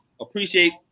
Appreciate